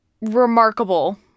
remarkable